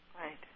Right